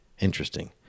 Interesting